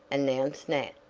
announced nat.